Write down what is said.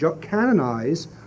canonize